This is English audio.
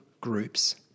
groups